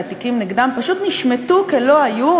שהתיקים נגדם פשוט נשמטו כלא היו,